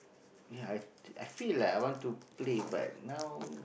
ya I I feel like I want to play but now